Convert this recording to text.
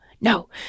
no